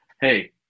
Hey